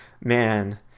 man